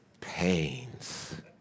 pains